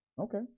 okay